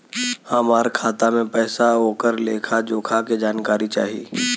हमार खाता में पैसा ओकर लेखा जोखा के जानकारी चाही?